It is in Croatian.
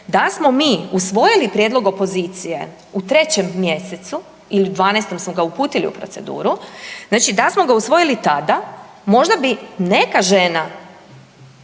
da smo mi usvojili prijedlog opozicije u 3 mjesecu ili u 12 smo ga uputili u proceduru, znači da smo ga usvojili tada možda bi neka žena